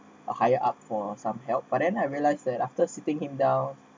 a higher up for some help but then I realised that after sitting him down